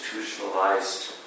institutionalized